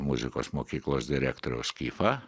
muzikos mokyklos direktoriaus skifą